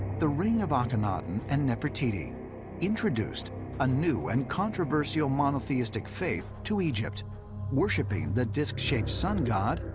the reign of akhenaten and nefertiti introduced a new and controversial monotheistic faith to egypt worshipping the disk-shaped sun god,